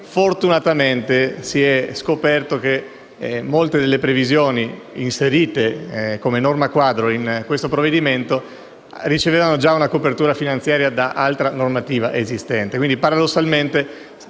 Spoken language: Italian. fortunatamente si è scoperto che molte delle previsioni inserite come norma quadro in questo provvedimento ricevevano già una copertura finanziaria da altra normativa esistente.